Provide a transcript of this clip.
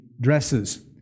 dresses